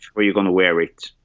are you going to wear it?